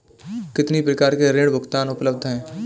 कितनी प्रकार के ऋण भुगतान उपलब्ध हैं?